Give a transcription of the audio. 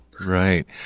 Right